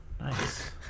Nice